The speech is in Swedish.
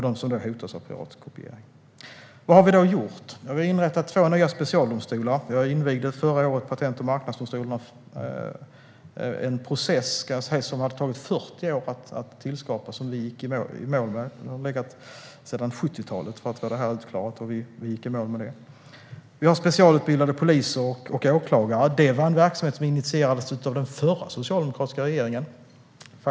Det hotas av piratkopiering. Vad har vi då gjort? Vi har inrättat två nya specialdomstolar. Jag invigde förra året Patent och marknadsdomstolen. Processen att tillskapa denna har tagit 40 år, och nu har vi gått i mål. Frågan om att få detta utklarat har funnits sedan 70-talet. Vi har specialutbildade poliser och åklagare, en verksamhet som initierades så pass långt tillbaka som av den förra socialdemokratiska regeringen.